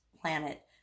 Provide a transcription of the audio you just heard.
planet